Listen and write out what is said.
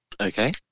Okay